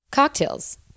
cocktails